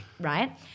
right